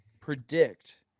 predict